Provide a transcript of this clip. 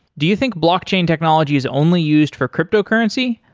do you think blockchain technology is only used for cryptocurrency?